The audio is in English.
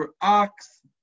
ox